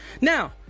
Now